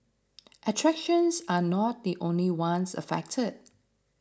attractions are not the only ones affected